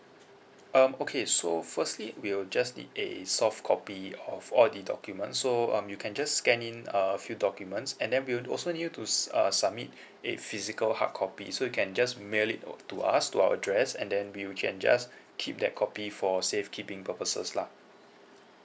um okay so firstly we'll just need a soft copy of all the documents so um you can just scan in a few documents and then we'll also need you to s~ uh submit a physical hard copy so you can just mail it o~ to us to our address and then we'll we can just keep that copy for safekeeping purposes lah